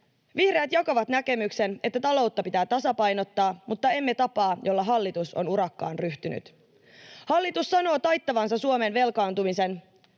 Vihreät jakavat näkemyksen, että taloutta pitää tasapainottaa, mutta emme tapaa, jolla hallitus on urakkaan ryhtynyt. Hallitus sanoo taittavansa Suomen velkaantumisen,